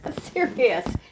Serious